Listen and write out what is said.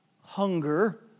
Hunger